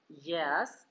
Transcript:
Yes